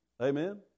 Amen